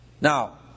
Now